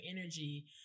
energy